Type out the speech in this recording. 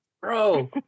bro